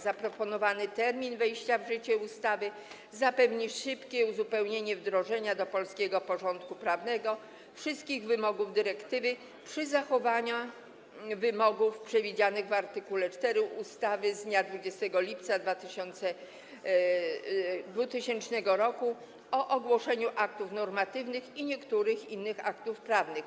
Zaproponowany termin wejścia w życie ustawy zapewni szybkie uzupełnienie w zakresie wdrożenia do polskiego porządku prawnego wszystkich wymogów dyrektywy przy zachowaniu wymogów przewidzianych w art. 4 ustawy z dnia 20 lipca 2000 r. o ogłaszaniu aktów normatywnych i niektórych innych aktów prawnych.